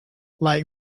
like